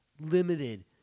limited